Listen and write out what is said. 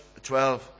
12